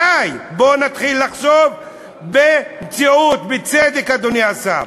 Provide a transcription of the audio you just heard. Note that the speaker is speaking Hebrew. די, בואו נתחיל לחשוב במציאות, בצדק, אדוני השר.